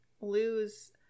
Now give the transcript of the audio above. lose